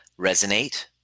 resonate